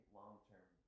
long-term